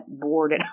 bored